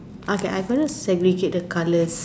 okay I'm gonna segregate the colours